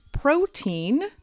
protein